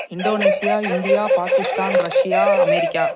Indonesia India Pakistan Russia America